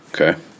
Okay